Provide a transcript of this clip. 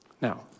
Now